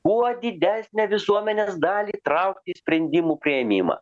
kuo didesnę visuomenės dalį įtraukti į sprendimų priėmimą